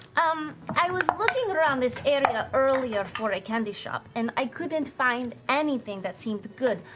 um i was looking around this area earlier for a candy shop and i couldn't find anything that seemed good.